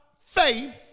faith